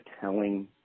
telling